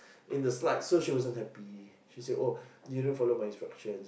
in the slides so she wasn't happy she said oh you didn't follow my instructions